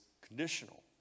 conditional